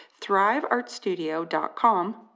thriveartstudio.com